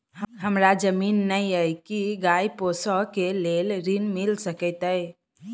हमरा जमीन नै अई की गाय पोसअ केँ लेल ऋण मिल सकैत अई?